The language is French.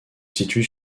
situe